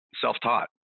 self-taught